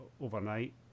overnight